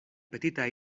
petita